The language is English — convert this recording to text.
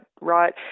right